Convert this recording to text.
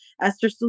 Esther